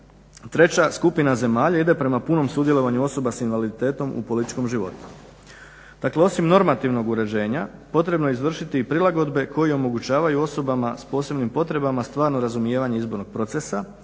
treća skupina zemalja ide prema punom sudjelovanju osoba s invaliditetom u političkom životu. Dakle osim normativnog uređenja potrebno je izvršiti i prilagodbe koje omogućavaju osobama s posebnim potrebama stvarno razumijevanje izbornog procesa,